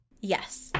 Yes